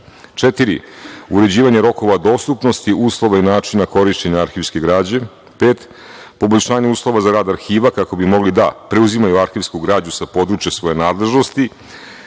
uređivanje rokova dostupnosti, uslova i načina korišćenja arhivske građe. Pet, poboljšanje uslova za rad arhiva kako bi mogli da preuzimaju arhivsku građu sa područja svoje nadležnosti,